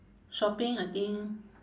shopping I think